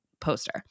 poster